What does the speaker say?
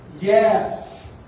Yes